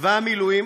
צבא המילואים,